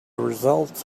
results